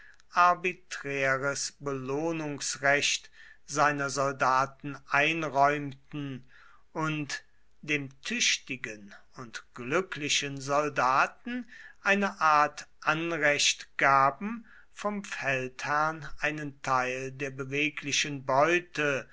belohnungsrecht seiner soldaten einräumten und dem tüchtigen und glücklichen soldaten eine art anrecht gaben vom feldherrn einen teil der beweglichen beute